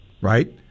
right